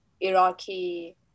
Iraqi